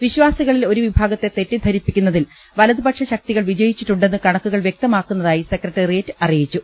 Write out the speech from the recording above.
വിശ്വാസികളിൽ ഒരു വിഭാഗത്തെ തെറ്റിദ്ധരിപ്പിക്കുന്നതിൽ വലതുപക്ഷ ശക്തികൾ വിജയിച്ചിട്ടുണ്ടെന്ന് കണക്കുകൾ വ്യക്തമാക്കുന്നതായി സെക്രട്ടറിയറ്റ് അറിയിച്ചു